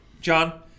john